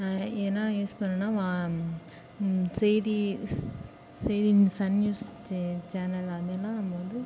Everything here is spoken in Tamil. என்னென்னா யூஸ் பண்ணுவனா வா செய்தி ஸ் செய்தி சன் நியூஸ் சே சேனல் அதுமாரிலாம் நம்ம வந்து